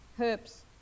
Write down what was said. herbs